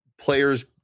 players